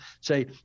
say